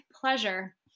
pleasure